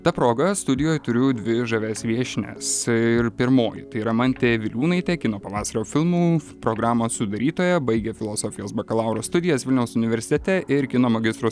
ta proga studijoj turiu dvi žavias viešnias ir pirmoji tai yra mantė viliūnaitę kino pavasario filmų programos sudarytoja baigė filosofijos bakalauro studijas vilniaus universitete ir kino magistro